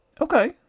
Okay